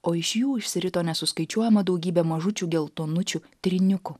o iš jų išsirito nesuskaičiuojama daugybė mažučių geltonučių tryniukų